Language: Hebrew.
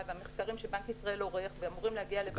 והמחקרים שבנק ישראל עורך והם אמורים להגיע לוועדת הכלכלה.